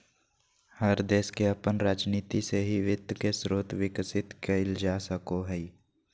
हर देश के अपन राजनीती से ही वित्त के स्रोत विकसित कईल जा सको हइ